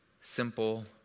Simple